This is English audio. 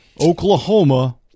Oklahoma